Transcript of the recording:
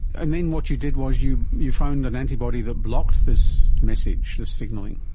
and then what you did was you you found an antibody that blocks this message, this signalling.